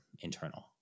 internal